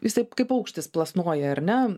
jisai kaip paukštis plasnoja ar ne